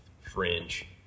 fringe